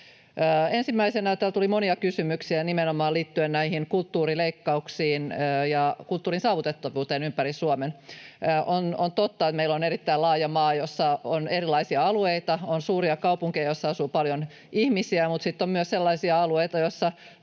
Ensimmäisenä täällä tuli monia kysymyksiä nimenomaan liittyen näihin kulttuurileikkauksiin ja kulttuurin saavutettavuuteen ympäri Suomen. On totta, että meillä on erittäin laaja maa, jossa on erilaisia alueita: on suuria kaupunkeja, joissa asuu paljon ihmisiä, mutta sitten on myös sellaisia alueita,